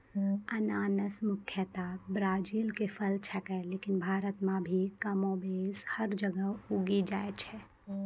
अनानस मुख्यतया ब्राजील के फल छेकै लेकिन भारत मॅ भी कमोबेश हर जगह उगी जाय छै